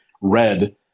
red